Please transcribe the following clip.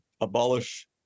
abolish